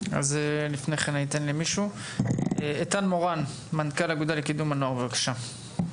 איתן מורן מנכ"ל האגודה לקידום החינוך בבקשה.